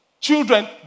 children